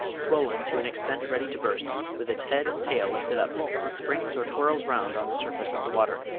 swollen to an extent ready to burst, with its head and tail lifted up, he springs or twirls round on the surface of the water,